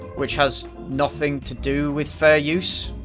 which has nothing to do with fair use,